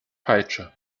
peitsche